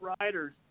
riders